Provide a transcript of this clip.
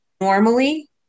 normally